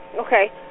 Okay